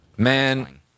Man